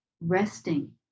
Resting